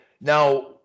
now